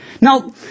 now